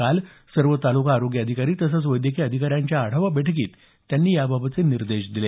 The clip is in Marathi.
काल सर्व तालुका आरोग्य अधिकारी तसंच वैद्यकीय अधिकाऱ्यांच्या आढावा बैठकीत त्यांनी हे निर्देश दिले